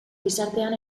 gizartean